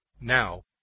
Now